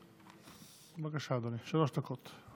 בבקשה, אדוני, שלוש דקות.